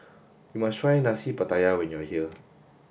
you must try Nasi Pattaya when you are here